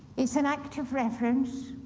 it's an act of reverence.